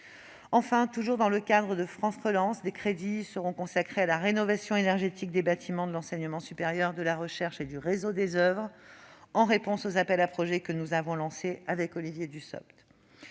Enfin, toujours dans le cadre de France Relance, des crédits seront consacrés à la rénovation énergétique des bâtiments de l'enseignement supérieur, de la recherche et du réseau des oeuvres, en réponse aux appels à projets qu'Olivier Dussopt